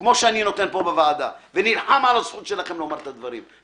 כמו שאני נותן פה בוועדה ונלחם על הזכות שלכם לומר את הדברים.